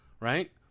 right